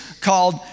called